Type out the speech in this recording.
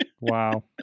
Wow